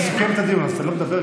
מסכם את הדיון, אז אתה לא מדבר.